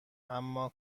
اما